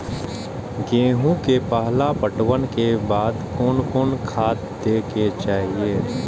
गेहूं के पहला पटवन के बाद कोन कौन खाद दे के चाहिए?